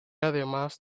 además